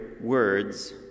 words